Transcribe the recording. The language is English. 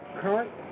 current